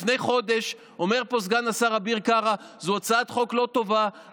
לפני חודש אומר פה סגן השר אביר קארה: זאת הצעת חוק לא טובה,